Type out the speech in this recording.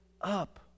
up